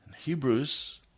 Hebrews